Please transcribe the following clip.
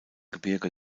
gebirge